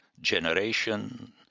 generation